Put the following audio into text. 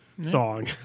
song